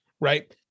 right